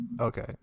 okay